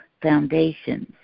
foundations